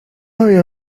había